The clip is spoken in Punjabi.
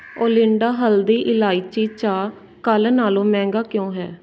ਓਲਿੰਡਾ ਹਲਦੀ ਇਲਾਇਚੀ ਚਾਹ ਕੱਲ੍ਹ ਨਾਲੋਂ ਮਹਿੰਗਾ ਕਿਉਂ ਹੈ